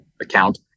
account